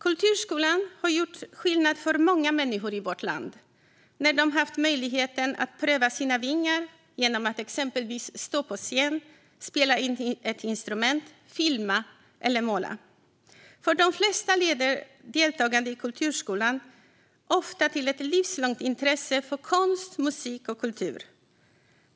Kulturskolan har gjort skillnad för många människor i vårt land när de har haft möjligheten att pröva sina vingar genom att exempelvis stå på scen, spela ett instrument, filma eller måla. För de flesta leder deltagande i kulturskolan till ett livslångt intresse för konst, musik och kultur.